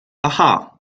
aha